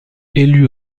élu